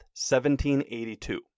1782